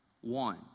One